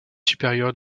supérieure